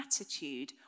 attitude